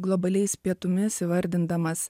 globaliais pietumis įvardindamas